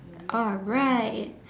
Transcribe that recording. alright